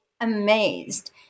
amazed